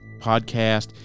Podcast